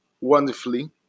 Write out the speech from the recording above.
wonderfully